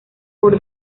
por